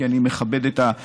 כי אני מכבד את ההחלטה.